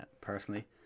personally